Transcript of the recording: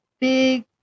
big